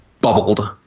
bubbled